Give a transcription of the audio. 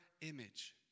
image